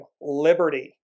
liberty